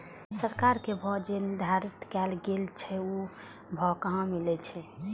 सरकार के भाव जे निर्धारित कायल गेल छै ओ भाव कहाँ मिले छै?